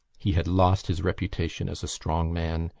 he had lost his reputation as a strong man,